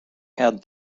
had